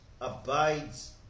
abides